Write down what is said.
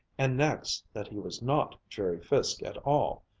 and next that he was not jerry fiske at all,